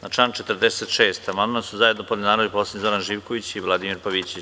Na član 46. amandman su zajedno podneli narodni poslanici Zoran Živković i Vladimir Pavićević.